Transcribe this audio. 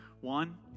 One